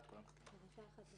בעבירות המהוות פרשה אחת?